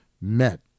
met